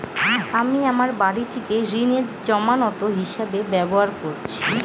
আমি আমার বাড়িটিকে ঋণের জামানত হিসাবে ব্যবহার করেছি